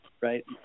right